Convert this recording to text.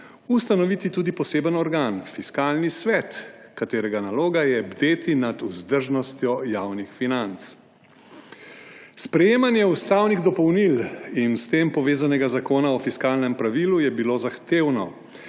ustanoviti tudi poseben organ − Fiskalni svet, katerega naloga je bdeti nad vzdržnostjo javnih financ. Sprejemanje ustavnih dopolnil in s tem povezanega zakona o fiskalnem pravilu je bilo zahtevno,